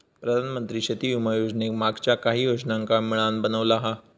प्रधानमंत्री शेती विमा योजनेक मागच्या काहि योजनांका मिळान बनवला हा